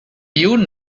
you